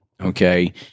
Okay